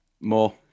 More